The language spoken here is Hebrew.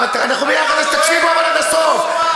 אנחנו יחד, אבל תקשיבו עד הסוף.